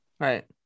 Right